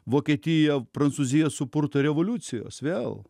vokietiją prancūziją supurto revoliucijos vėl